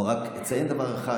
הוא ציין רק דבר אחד,